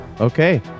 Okay